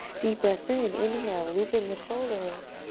deep breath in, inhale, looping the shoulders,